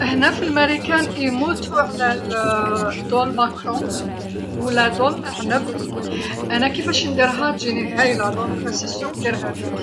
هنا في مريكان يموتو على دولمة كروم ولا دلمة عنب، انا كيفاش نديرها تجيني هايلة، إذا بتأكيد نديرهالك.